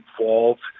involved